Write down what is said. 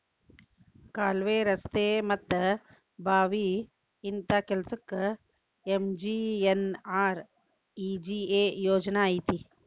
ಕಾಲ್ವೆ, ರಸ್ತೆ ಮತ್ತ ಬಾವಿ ಇಂತ ಕೆಲ್ಸಕ್ಕ ಎಂ.ಜಿ.ಎನ್.ಆರ್.ಇ.ಜಿ.ಎ ಯೋಜನಾ ಐತಿ